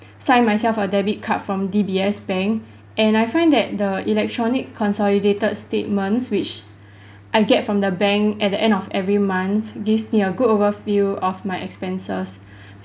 sign myself a debit card from D_B_S bank and I find that the electronic consolidated statements which I get from the bank at the end of every month gives me a good overview of my expenses